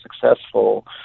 successful